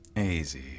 Easy